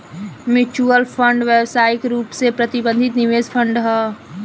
mutual fund व्यावसायिक रूप से प्रबंधित निवेश फंड ह